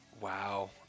wow